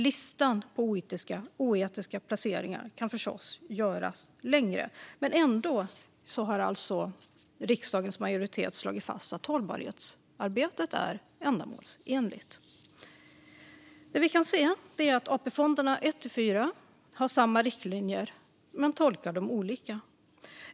Listan på oetiska placeringar kan förstås göras längre, men trots det har en riksdagsmajoritet slagit fast att hållbarhetsarbetet är ändamålsenligt. Första-Fjärde AP-fonden har samma riktlinjer men tolkar dem olika.